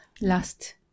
last